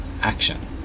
action